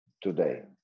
today